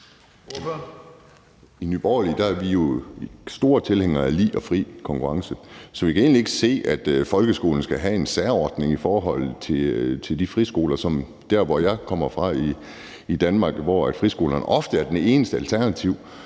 I Nye Borgerlige er vi jo store tilhængere af lige og fri konkurrence, så vi kan egentlig ikke se, at folkeskolen skal have en særordning i forhold til de friskoler, som der, hvor jeg kommer fra i Danmark, ofte er det eneste alternativ,